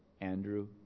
Andrew